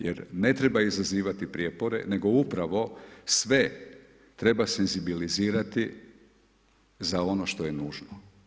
Jer ne treba izazivati prijepore, nego upravo sve treba senzibilizirati za ono što je nužno.